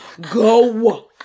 go